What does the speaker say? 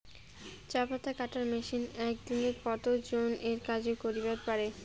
চা পাতা কাটার মেশিন এক দিনে কতজন এর কাজ করিবার পারে?